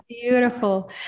beautiful